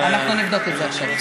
אנחנו נבדוק את זה עכשיו.